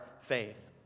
faith